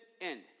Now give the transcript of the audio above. end